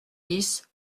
dix